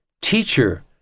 teacher